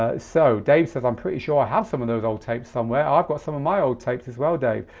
ah so dave says i'm pretty sure i have some of those old tapes somewhere. i've got some of my old tapes as well, dave.